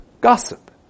gossip